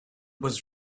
was